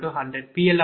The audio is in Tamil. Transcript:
005j0